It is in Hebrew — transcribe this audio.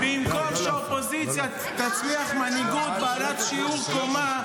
במקום שהאופוזיציה תצמיח מנהיגות בעלת שיעור קומה,